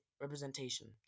representation